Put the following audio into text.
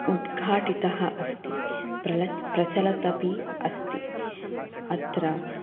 उद्घाटितः अस्ति प्रलत् प्रचलत् अपि अस्ति अत्र